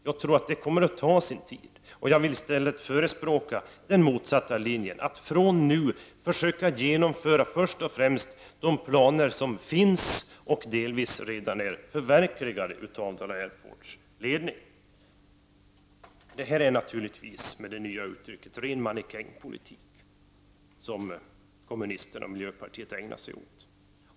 Jag tror att det kommer att ta sin tid, och jag vill i stället förespråka den motsatta linjen, dvs. att fr.o.m. nu först och främst försöka genomföra de planer som finns och delvis redan är förverkligade av Dala Airports ledning. Denna linje, som kommunisterna och miljöpartiet driver, är naturligtvis, för att använda det nya uttrycket, ren mannekängpolitik.